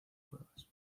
cuevas